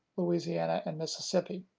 louisiana, and mississippi.